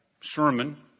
sermon